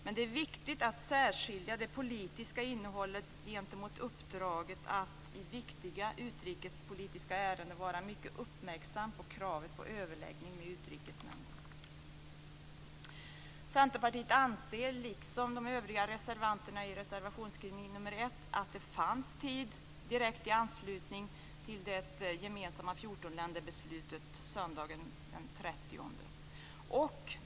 Men det är viktigt att särskilja det politiska innehållet gentemot uppdraget att i viktiga utrikespolitiska ärenden vara mycket uppmärksam på kravet på överläggning med Utrikesnämnden. Centerpartiet anser, liksom de övriga reservanterna i reservationsskrivning nr 1, att det fanns tid i direkt anslutning till det gemensamma 14 länderbeslutet söndagen den 30 januari.